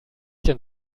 denn